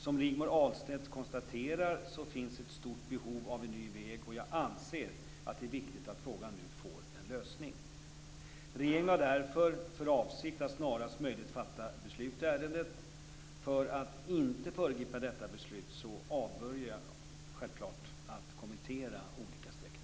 Som Rigmor Ahlstedt konstaterar finns ett stort behov av en ny väg, och jag anser att det är viktigt att frågan nu får en lösning. Regeringen har därför för avsikt att snarast möjligt fatta beslut i ärendet. För att inte föregripa detta beslut avböjer jag självklart att kommentera olika sträckningar.